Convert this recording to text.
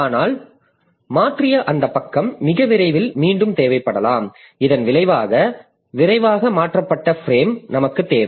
ஆனால் மாற்றிய அந்தப் பக்கம் மிக விரைவில் மீண்டும் தேவைப்படலாம் இதன் விளைவாக விரைவாக மாற்றப்பட்ட பிரேம் நமக்குத் தேவை